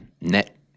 net